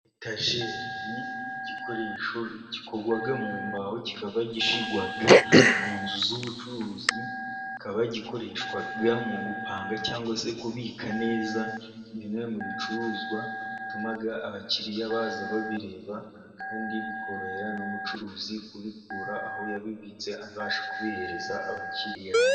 Etajeri ni igikoresho gikorwa mu mbaho, kikaba gishyirwa mu nzu z'ubucuruzi. Kikaba gikoreshwa mu gupanga cyangwa se kubika neza bimwe mu bicuruzwa. Bituma abakiriya baza babireba kandi bikorohera n' umucuruzi, kubikura aho yabibitse abasha kubihereza abakiriya.